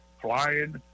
flying